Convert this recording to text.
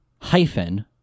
hyphen